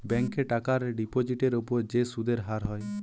ব্যাংকে টাকার ডিপোজিটের উপর যে সুদের হার হয়